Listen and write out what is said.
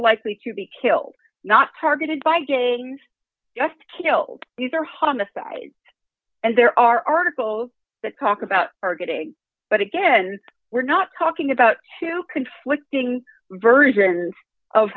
likely to be killed not targeted by getting killed these are homicides and there are articles that talk about targeting but again we're not talking about two conflicting versions of